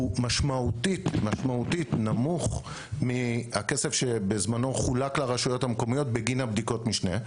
משמעותית נמוך מהכסף שחולק בזמנו לרשויות המקומיות בגין בדיקות משנה,